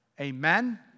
Amen